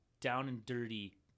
down-and-dirty